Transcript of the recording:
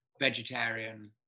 vegetarian